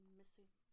missing